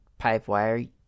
Pipewire